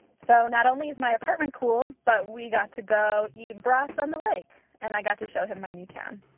so not only is my apartment cool, but we got to go eat brats on the lake, and i got to show him my new town